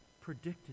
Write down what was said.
predicted